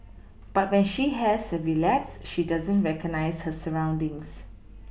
but when she has a relapse she doesn't recognise her surroundings